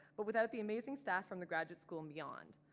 but without the amazing staff from the graduate school and beyond.